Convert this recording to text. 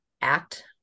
act